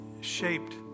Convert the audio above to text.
shaped